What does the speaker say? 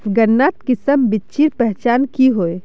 गन्नात किसम बिच्चिर पहचान की होय?